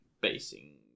basing